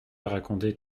raconter